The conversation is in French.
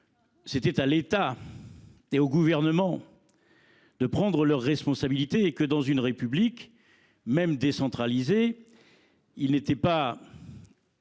revenait à l’État et au Gouvernement de prendre leurs responsabilités. Dans une République, même décentralisée, il n’est pas